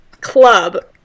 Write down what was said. club